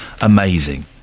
amazing